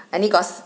any gossi~